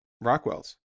Rockwell's